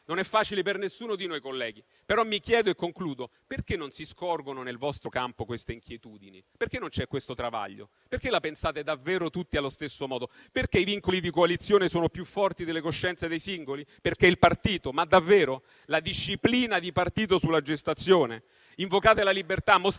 Non è facile per nessuno di noi, colleghi, però mi chiedo perché non si scorgano nel vostro campo queste inquietudini. Perché non c'è questo travaglio? Perché la pensate davvero tutti allo stesso modo? Perché i vincoli di coalizione sono più forti delle coscienze dei singoli? Per il partito? Ma davvero? La disciplina di partito sulla gestazione? Invocate la libertà, mostratela!